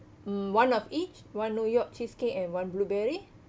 mm one of each one new york cheesecake and one blueberry